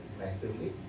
massively